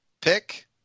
pick